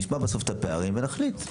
נשמע את הפערים ונחליט.